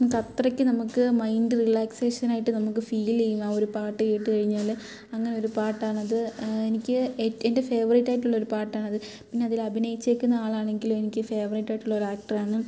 നമുക്ക് അത്രയ്ക്ക് നമുക്ക് മൈൻഡ് റിലാക്സേഷൻ ആയിട്ട് നമക്ക് ഫീലെയ്യും ആ ഒരു പാട്ട് കേട്ട് കഴിഞ്ഞാൽ അങ്ങനൊരു പാട്ടാണത് എനിക്ക് എൻ്റെ ഫേവറേറ്റായിട്ടുള്ള ഒരു പാട്ടാണത് പിന്നെ അതിൽ അഭിനയിച്ചേക്കുന്ന ആളാണെങ്കിലും എനിക്ക് ഫേവറേറ്റായിട്ടുള്ള ഒരാക്റ്ററാണ്